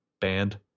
band